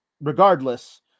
regardless